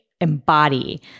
embody